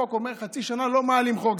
החוק אומר שחצי שנה לא מעלים חוק,